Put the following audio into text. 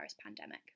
pandemic